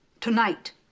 tonight